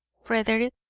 frederick,